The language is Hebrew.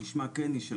כשמה כן היא,